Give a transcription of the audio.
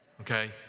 okay